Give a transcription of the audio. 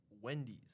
Wendy's